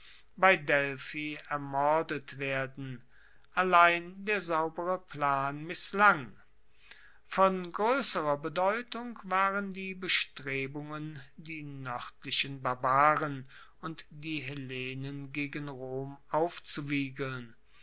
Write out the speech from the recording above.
bei delphi ermordet werden allein der saubere plan misslang von groesserer bedeutung waren die bestrebungen die noerdlichen barbaren und die hellenen gegen rom aufzuwiegeln